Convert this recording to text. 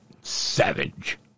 Savage